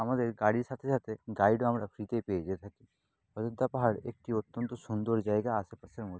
আমাদের গাড়ির সাথে সাথে গাইডও আমরা ফ্রিতেই পেয়ে গিয়ে থাকি অযোধ্যা পাহাড় একটি অত্যন্ত সুন্দর জায়গা আশেপাশের মধ্যে